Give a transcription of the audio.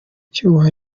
cyuho